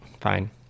fine